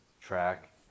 track